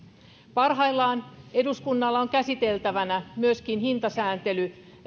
parhaillaan eduskunnalla on myöskin käsiteltävänä hintasääntely